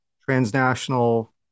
transnational